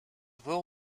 will